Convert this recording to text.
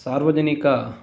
सार्वजनिक